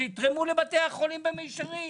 שיתרמו לבתי החולים במישרין.